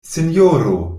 sinjoro